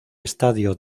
estadio